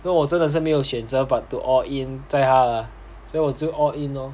跟我真的是没有选择 but to all in 在他的所以我就 all in lor